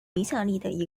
影响力